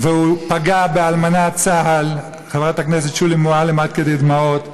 והוא פגע באלמנת צה"ל חברת הכנסת שולי מועלם עד כדי דמעות.